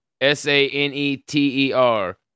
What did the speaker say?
s-a-n-e-t-e-r